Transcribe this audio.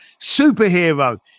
superhero